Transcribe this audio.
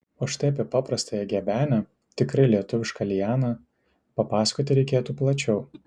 o štai apie paprastąją gebenę tikrai lietuvišką lianą papasakoti reikėtų plačiau